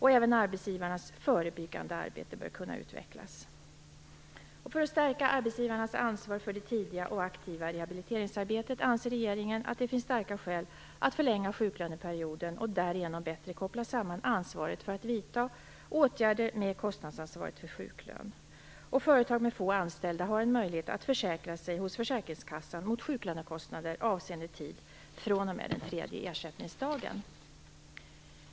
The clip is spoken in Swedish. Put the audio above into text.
Även arbetsgivarnas förebyggande arbete bör kunna utvecklas. För att stärka arbetsgivarnas ansvar för det tidiga och aktiva rehabiliteringsarbetet anser regeringen att det finns starka skäl att förlänga sjuklöneperioden och därigenom bättre koppla samman ansvaret för att vidta åtgärder med kostnadsansvaret för sjuklön. Företag med få anställda har en möjlighet att försäkra sig hos försäkringskassan mot sjuklönekostnader avseende tid fr.o.m. den tredje ersättningsdagen.